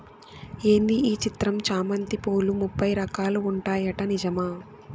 ఏంది ఈ చిత్రం చామంతి పూలు ముప్పై రకాలు ఉంటాయట నిజమా